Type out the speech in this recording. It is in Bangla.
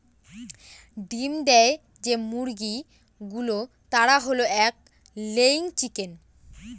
ডিম দেয় যে মুরগি গুলো তারা হল এগ লেয়িং চিকেন